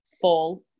fall